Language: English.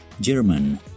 German